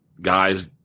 guys